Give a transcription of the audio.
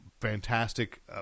fantastic